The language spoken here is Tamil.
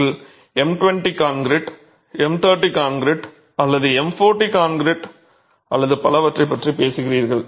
நீங்கள் M20 கான்கிரீட் M30 கான்கிரீட் அல்லது M40 கான்கிரீட் அல்லது பலவற்றைப் பற்றி பேசுகிறீர்கள்